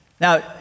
Now